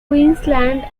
queensland